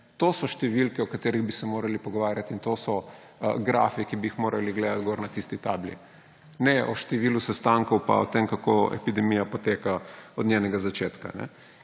To so številke, o katerih bi se morali pogovarjali, in to so grafi, ki bi jih morali gledati na tisti tabli, ne o številu sestankov, pa o tem, kako epidemija poteka od njenega začetka.